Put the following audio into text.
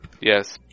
Yes